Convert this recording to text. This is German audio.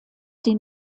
die